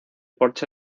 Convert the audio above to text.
porche